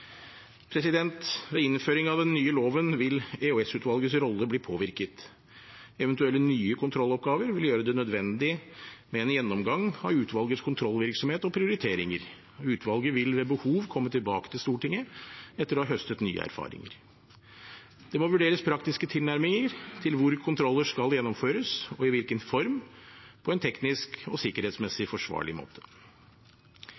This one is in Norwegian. Ved innføring av den nye loven vil EOS-utvalgets rolle bli påvirket. Eventuelle nye kontrolloppgaver vil gjøre det nødvendig med en gjennomgang av utvalgets kontrollvirksomhet og prioriteringer, og utvalget vil ved behov komme tilbake til Stortinget etter å ha høstet nye erfaringer. Det må vurderes praktiske tilnærminger til hvor kontroller skal gjennomføres, og i hvilken form, på en teknisk og